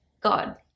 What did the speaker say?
God